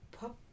pop